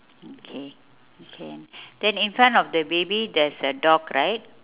okay okay then in front of the baby there is a dog right